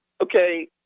okay